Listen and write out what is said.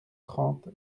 trente